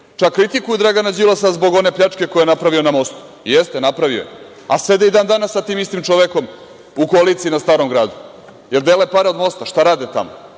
čak i kritikuju Dragana Đilasa zbog one pljačke koju je napravio na mostu. Jeste, napravio je, a sede i dan danas sa tim istim čovekom u koaliciji na Starom gradu. Da li dele pare od mosta? Šta rade tamo?